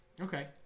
okay